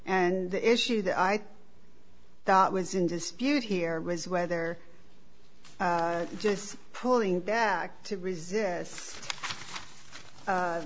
the issue that i thought was in dispute here was whether just pulling back to resist